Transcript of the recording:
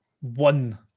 one